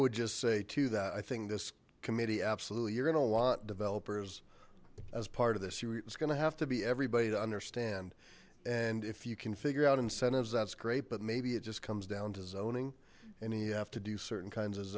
would just say to that i think this committee absolutely you're gonna want developers as part of this you it's gonna have to be everybody to understand and if you can figure out incentives that's great but maybe it just comes down to zoning and you have to do certain kinds of